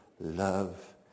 love